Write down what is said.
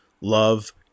love